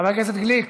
חבר הכנסת גליק,